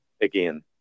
again